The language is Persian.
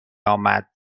آمد